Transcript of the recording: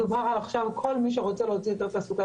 כל מי שרוצה להוציא היתר תעסוקה,